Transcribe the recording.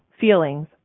feelings